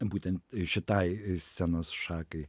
būtent šitai scenos šakai